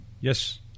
Yes